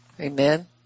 Amen